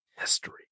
History